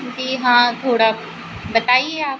जी हाँ थोड़ा बताइए आप